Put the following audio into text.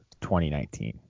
2019